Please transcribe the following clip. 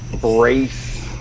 brace